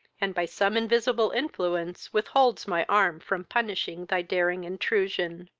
and by some invisible influence withholds my arm from punishing thy daring intrusion.